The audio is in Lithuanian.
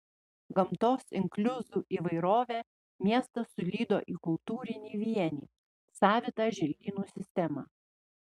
gamtos inkliuzų įvairovę miestas sulydo į kultūrinį vienį savitą želdynų sistemą